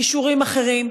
כישורים אחרים,